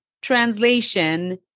translation